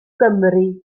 gymru